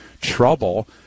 trouble